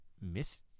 Miss